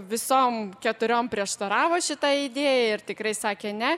visom keturiom prieštaravo šita idėja ir tikrai sakė ne